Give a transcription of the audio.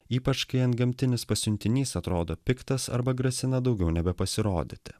ypač kai antgamtinis pasiuntinys atrodo piktas arba grasina daugiau nebepasirodyti